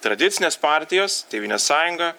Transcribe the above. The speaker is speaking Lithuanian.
tradicinės partijos tėvynės sąjunga